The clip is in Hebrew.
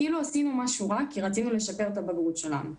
כאילו עשינו משהו רע בזה שאנחנו רוצים לשפר את הבגרות שלנו.